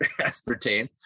aspartame